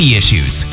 issues